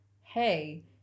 hey